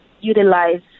Utilize